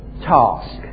task